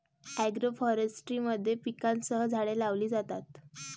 agroforestry मध्ये पिकांसह झाडे लावली जातात